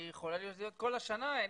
היא יכולה להיות כל השנה אצלי,